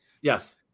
Yes